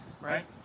right